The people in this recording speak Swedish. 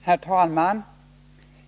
Herr talman!